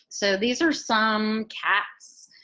so, these are some cats.